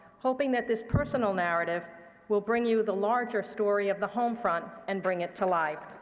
hoping that this personal narrative will bring you the larger story of the homefront and bring it to life.